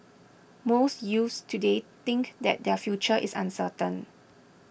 most youths today think that their future is uncertain